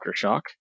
Aftershock